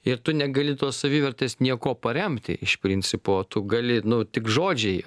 ir tu negali tos savivertės niekuo paremti iš principo tu gali nu tik žodžiai